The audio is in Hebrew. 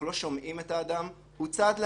לא שומעים את האדם, הוא צד להליך.